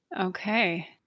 Okay